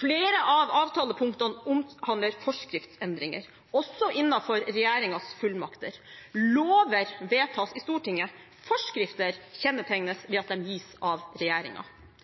Flere av avtalepunktene omhandler forskriftsendringer, også innenfor regjeringens fullmakter. Lover vedtas i Stortinget, forskrifter kjennetegnes ved at de gis av